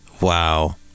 Wow